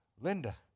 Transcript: Linda